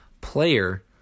player